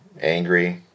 angry